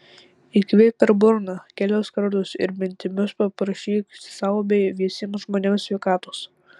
įkvėpk per burną kelis kartus ir mintimis paprašyk sau bei visiems žmonėms sveikatos